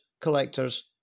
collectors